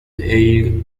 air